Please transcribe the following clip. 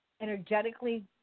energetically